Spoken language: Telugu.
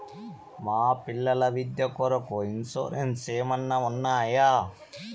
మా పిల్లల విద్య కొరకు ఇన్సూరెన్సు ఏమన్నా ఉన్నాయా?